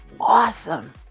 awesome